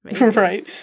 Right